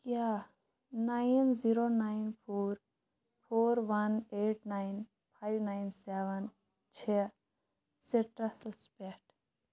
کیٛاہ nine zero nine four four one eight nine five nine seven چھےٚ سِٹرٛسس پٮ۪ٹھ